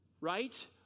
Right